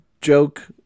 joke